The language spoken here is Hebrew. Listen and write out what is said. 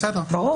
בסדר, ברור.